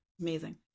amazing